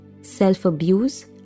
self-abuse